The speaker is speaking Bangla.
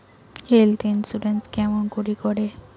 হেল্থ ইন্সুরেন্স কেমন করি করে?